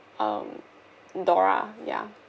um dora ya